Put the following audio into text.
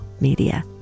media